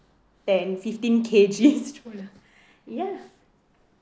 ten fifteen K_G stroller ya